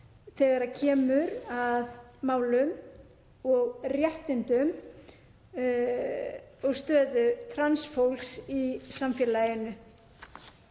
þegar kemur að málum og réttindum og stöðu trans fólks í samfélaginu.